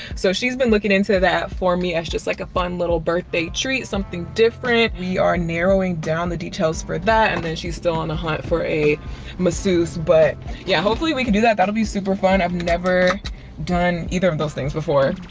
so she's been looking into that for me as just like a fun little birthday treat, something different. we are narrowing down the details for that. and then she's still on a hunt for a masseuse but yeah, hopefully we can do that, that'll be super fun. i've never done either of those things before.